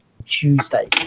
Tuesday